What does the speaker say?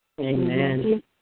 Amen